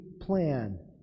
plan